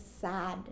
sad